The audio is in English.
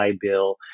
Bill